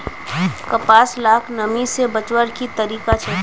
कपास लाक नमी से बचवार की तरीका छे?